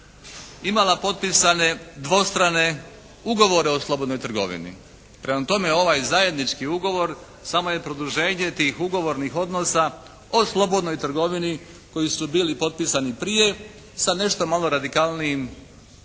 imala potpisane dvostrane ugovore o slobodnoj trgovini. Prema tome ovaj zajednički ugovor samo je produženje tih ugovornih odnosa o slobodnoj trgovini koji su bili potpisani prije sa nešto malo radikalnijim